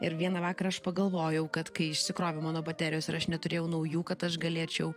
ir vieną vakarą aš pagalvojau kad kai išsikrovė mano baterijos ir aš neturėjau naujų kad aš galėčiau